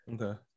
Okay